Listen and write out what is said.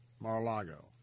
Mar-a-Lago